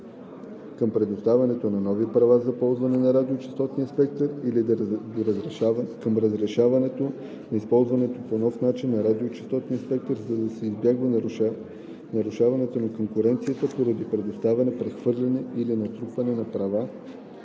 към предоставянето на нови права за ползване на радиочестотен спектър или към разрешаването на използване по нов начин на радиочестотния спектър, за да се избягва нарушаването на конкуренцията поради предоставяне, прехвърляне или натрупване на права